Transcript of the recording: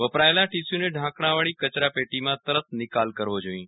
વપરાયેલા ટીસ્યુને ઢાંકડાવાળી કચરાપેટીમાં તરત નિકાલ કરવો જોઈએ